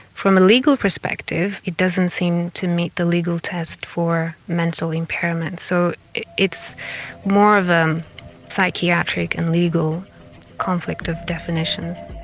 from a legal perspective it doesn't seem to meet the legal test for mental impairment. so it's it's more of a um psychiatric and legal conflict of definitions.